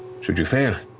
should you fail,